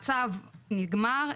הצו נגמר,